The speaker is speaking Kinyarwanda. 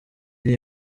iri